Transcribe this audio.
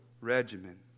regimen